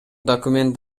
документ